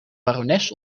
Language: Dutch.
barones